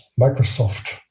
Microsoft